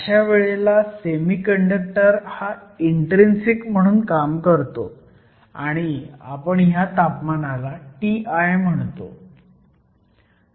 अशा वेळेला सेमीकंडक्टर हा इन्ट्रीन्सिक म्हणून काम करतो आणि आपण ह्या तापमानाला Ti म्हणतो